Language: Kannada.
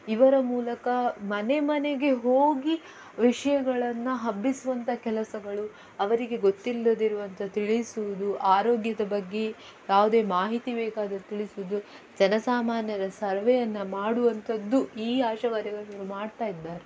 ಇವರ ಮೂಲಕ ಮನೆಮನೆಗೆ ಹೋಗಿ ವಿಷಯಗಳನ್ನ ಹಬ್ಬಿಸುವಂಥ ಕೆಲಸಗಳು ಅವರಿಗೆ ಗೊತ್ತಿಲ್ಲದಿರುವಂಥದ್ದು ತಿಳಿಸುವುದು ಆರೋಗ್ಯದ ಬಗ್ಗೆ ಯಾವುದೇ ಮಾಹಿತಿ ಬೇಕಾದಲ್ಲಿ ತಿಳಿಸುವುದು ಜನಸಾಮಾನ್ಯರ ಸರ್ವೆಯನ್ನು ಮಾಡುವಂಥದ್ದು ಈ ಆಶಾವಾದಿಗಳು ಮಾಡ್ತಾಯಿದ್ದಾರೆ